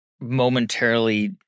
momentarily